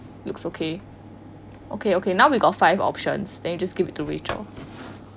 looks okay okay now we got five options then you just give it to rachel